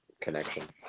connection